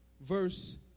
verse